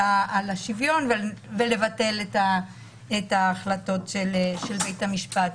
השוויון ולבטל את ההחלטות של בית המשפט.